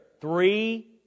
three